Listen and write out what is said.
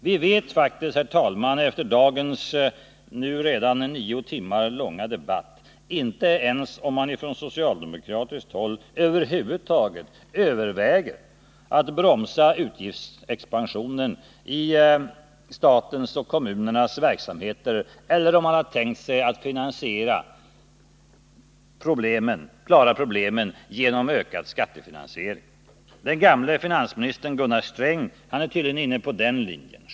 Vi vet faktiskt, herr talman, efter dagens nu redan nio timmar långa debatt inte ens om man från socialdemokratiskt håll över huvud taget överväger att bromsa utgiftsexpansionen i statens och kommunernas verksamheter eller om man har tänkt sig att klara problemen genom ökad skattefinansiering. Den förre finansministern Gunnar Sträng är tydligen inne på den sistnämnda linjen.